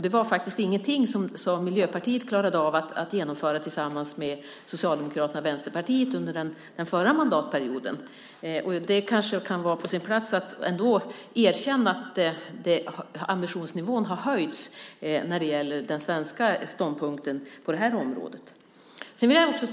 Det var ingenting som Miljöpartiet klarade av att genomföra tillsammans med Socialdemokraterna och Vänsterpartiet under den förra mandatperioden. Det kanske kan vara på sin plats att erkänna att ambitionsnivån har höjts när det gäller den svenska ståndpunkten på det här området.